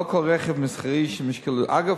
לא כל רכב מסחרי שמשקלו עולה, אגב,